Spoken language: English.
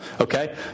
okay